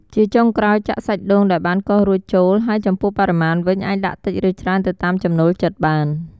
ជាចុងក្រោយ ចាក់សាច់ដូងដែលបានកោសរួចចូល ហើយចំពោះបរិមាណវិញ អាចដាក់តិច ឬច្រើនទៅតាមចំណូលចិត្តបាន។